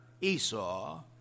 Esau